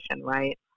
Right